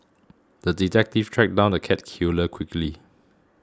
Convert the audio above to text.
the detective tracked down the cat killer quickly